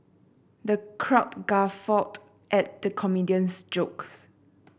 the crowd guffawed at the comedian's joke